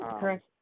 correct